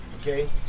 Okay